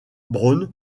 braun